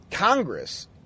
Congress